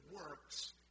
works